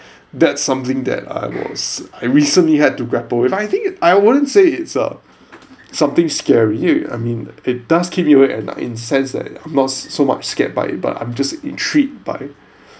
that's something that I was I recently had to grapple with I think I wouldn't say it's a something scary I mean it does keep me awake at night in a sense that not so much scared by it but I'm just intrigued by